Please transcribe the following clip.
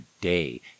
day